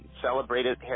celebrated